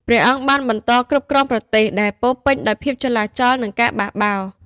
ព្រះអង្គបានបន្តគ្រប់គ្រងប្រទេសដែលពោរពេញដោយភាពចលាចល និងការបះបោរ។